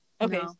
Okay